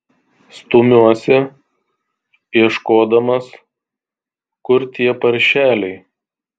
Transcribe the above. stumiuosi ieškodamas kur tie paršeliai